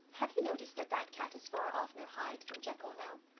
have you noticed that that cat is far oftener hyde than jekyll now?